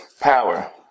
power